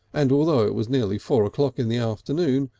and although it was nearly four o'clock in the afternoon,